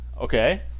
Okay